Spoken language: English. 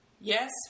Yes